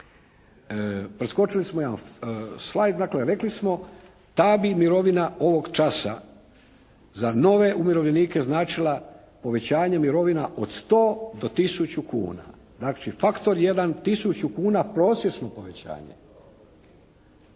Preskočili smo jedan slajd. Dakle, rekli smo ta bi mirovina ovog časa za nove umirovljenike značila povećanje mirovina od 100 do tisuću kuna. Znači, faktor 1 tisuću kuna prosječno povećanje.